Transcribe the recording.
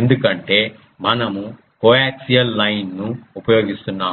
ఎందుకంటే మనము coaxial line ను ఉపయోగిస్తున్నాము